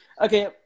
Okay